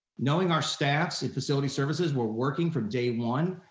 knowing our staffs and facility services were working from day one,